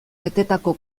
betetako